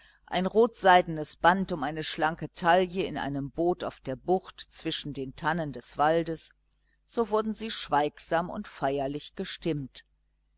ein rotseidenes band um eine schlanke taille in einem boot auf der bucht zwischen den tannen des waldes so wurden sie schweigsam und feierlich gestimmt